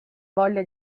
voglia